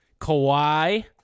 Kawhi